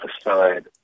aside